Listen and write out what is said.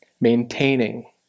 maintaining